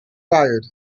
fired